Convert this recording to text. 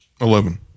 eleven